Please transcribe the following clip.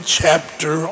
chapter